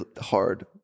hard